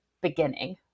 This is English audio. beginning